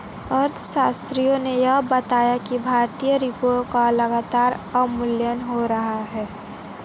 अर्थशास्त्रियों ने यह बताया कि भारतीय रुपयों का लगातार अवमूल्यन हो रहा है